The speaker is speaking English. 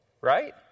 right